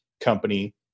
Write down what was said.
company